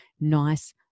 nice